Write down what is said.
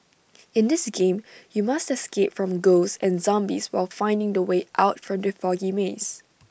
in this game you must escape from ghosts and zombies while finding the way out from the foggy maze